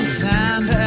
sand